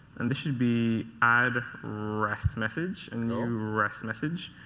and this should be add rest message. and new um rest message.